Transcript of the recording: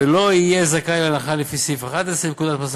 ולא יהיה זכאי להנחה לפי סעיף 11 לפקודת מס הכנסה.